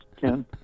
Ken